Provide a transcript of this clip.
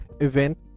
event